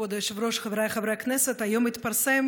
כבוד היושב-ראש, חבריי חברי הכנסת, היום התפרסם